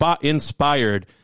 inspired